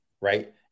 Right